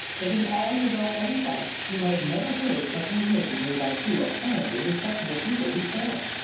that in all your well-ordered life you have never heard such an admission made by two apparently respectable people before.